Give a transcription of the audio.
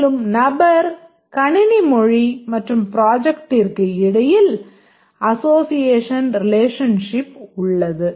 மேலும் நபர் கணினி மொழி மற்றும் ப்ராஜெக்ட்டிற்கு இடையில் அசோசியேஷன் ரிலேஷன்ஷிப் உள்ளது